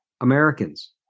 Americans